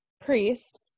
Priest